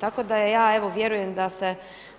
Tako da ja evo vjerujem